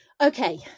Okay